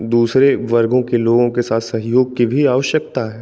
दूसरे वर्गों के लोगों के साथ सहयोग की भी आवश्कता है